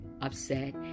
upset